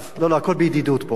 לא, הכול בידידות פה.